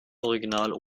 original